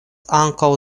ankaŭ